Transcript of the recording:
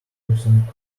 percent